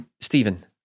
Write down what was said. Stephen